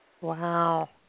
Wow